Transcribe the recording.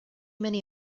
many